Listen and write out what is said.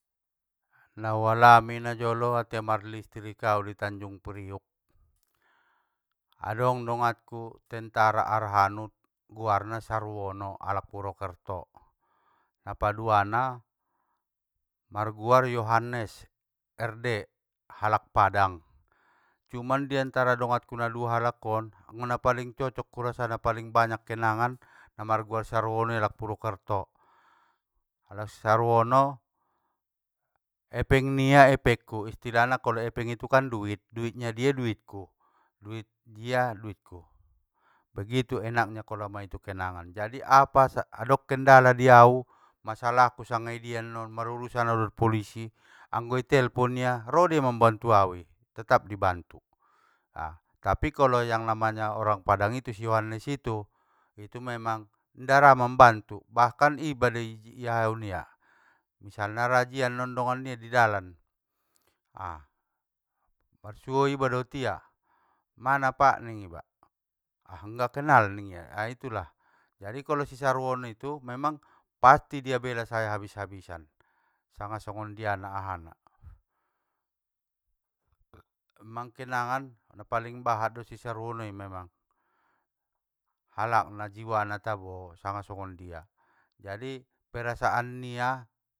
Naualami najolo atia marlistrik au di tanjung priuk, adong donganku tentara arhaut, guarna sarwono alak purwokerto, napaduana marguar yohannes es de halak padang, cuman diantara donganku nadua halak on, napaling cocok ulala na paling banyak kenangan namarguar sarwonoi halak purwokerto. Pala sarwono, epeng nia epengku! Istilahna kalo epeng itukan duit, duitnya dia duitku, duit nia duitku, begitu enaknya kalo ama itu kenangan, jadi apa sa- adong kendala di au masalahku sanga idia non marurusan au dot polisi, anggo itelpon ia rodia mambantu au. tetap di bantu. Tapi kalo yang namanya orang padang itu si yohannes itu, itu memang inda ra mambantu, bahkan iba do iahaon ia, misalna razia non dongan nia idalan, marsuo iba dot i, mana pak ning iba, ah ngga kenal ning ia, ah itulah, jadi kalo si sarwono itu memang pasti dia bela saya habis habisan sanga songondiana ahana. Memang kenanggan na paling bahat dot si sarwonoi memang, halakna jiwana tabo, sanga songondia, jadi perasaan nia.